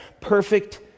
perfect